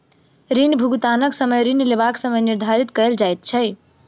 ऋण भुगतानक समय ऋण लेबाक समय निर्धारित कयल जाइत छै